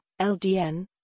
LDN